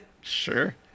Sure